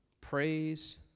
Praise